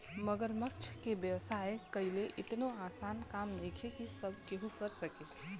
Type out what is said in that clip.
मगरमच्छ के व्यवसाय कईल एतनो आसान काम नइखे की सब केहू कर सके